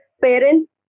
parents